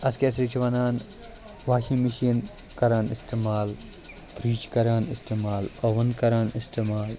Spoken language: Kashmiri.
اَتھ کیٛاہ سا چھِ وَنان واشِنٛگ مِشیٖن کَران استعمال فرٛج چھِ کَران استعمال اوٚوٕن کَران استعمال